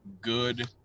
good